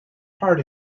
heart